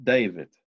David